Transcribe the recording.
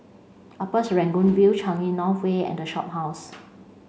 Upper Serangoon View Changi North Way and The Shophouse